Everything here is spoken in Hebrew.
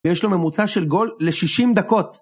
ויש לו ממוצע של גול ל-60 דקות.